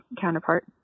counterpart